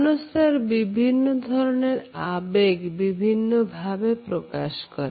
মানুষ তার বিভিন্ন ধরনের আবেগ বিভিন্ন ভাবে প্রকাশ করে